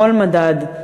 בכל מדד,